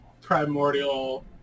primordial